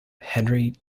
henry